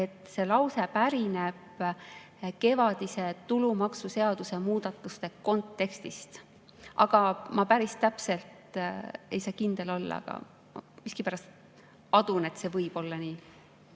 see lause pärineb kevadise tulumaksuseaduse muudatuste kontekstist. Ma päris kindel ei saa olla, aga miskipärast adun, et see võib olla nii.